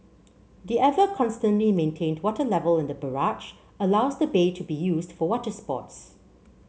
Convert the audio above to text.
the ever constantly maintained water level in the barrage allows the bay to be used for water sports